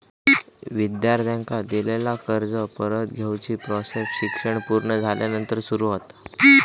विद्यार्थ्यांका दिलेला कर्ज परत घेवची प्रोसेस शिक्षण पुर्ण झाल्यानंतर सुरू होता